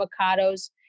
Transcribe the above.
avocados